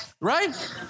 right